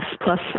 plus